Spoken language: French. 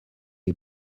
est